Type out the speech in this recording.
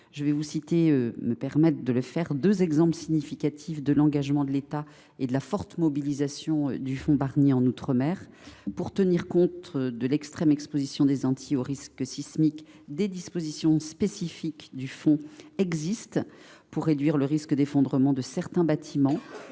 Je vais vous citer deux exemples significatifs de l’engagement de l’État et de la forte mobilisation du fonds Barnier outre mer. En premier lieu, pour tenir compte de l’extrême exposition des Antilles au risque sismique, des dispositions spécifiques du fonds existent pour réduire le risque d’effondrement de certains bâtiments,